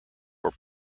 were